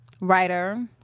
writer